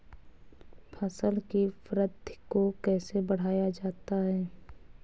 फसल की वृद्धि को कैसे बढ़ाया जाता हैं?